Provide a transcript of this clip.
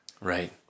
Right